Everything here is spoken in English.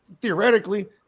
theoretically